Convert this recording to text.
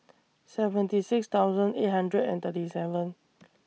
seventy six thousand eight hundred and thirty seven